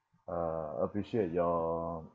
uh appreciate your